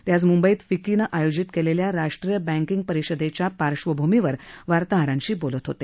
ते आज म्ंबईत फिक्कीनं आयोजित केलेल्या राष्ट्रीय बँकिंग परिषदेच्या पार्श्वभूमीवर वार्ताहरांशी बोलत होते